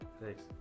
thanks